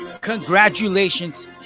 congratulations